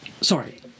Sorry